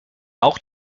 auch